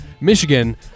Michigan